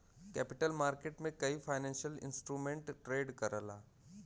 capital market कई financial instrument trade करला